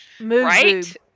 Right